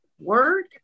word